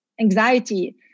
anxiety